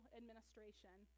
administration